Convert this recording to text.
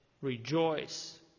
rejoice